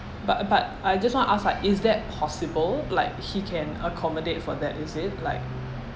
but but I just want to ask like is that possible like he can accommodate for that is it like